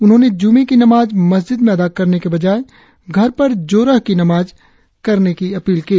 उन्होंने ज्मे की नमाज मस्जिद में अदा करने के बजाय घर पर जोरह की नमाज करने की अपील की है